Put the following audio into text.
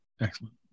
Excellent